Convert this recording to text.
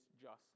justly